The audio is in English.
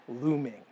looming